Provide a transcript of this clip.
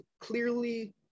clearly